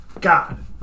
God